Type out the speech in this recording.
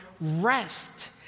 rest